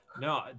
no